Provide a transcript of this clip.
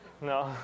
No